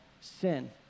sin